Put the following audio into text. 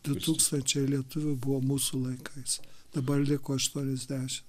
du tūkstančiai lietuvių buvo mūsų laikais dabar liko aštuoniasdešim